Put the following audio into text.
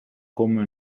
come